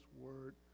word